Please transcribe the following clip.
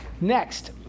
Next